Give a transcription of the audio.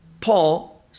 paul